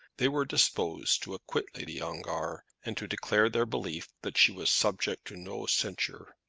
they were disposed to acquit lady ongar, and to declare their belief that she was subject to no censure.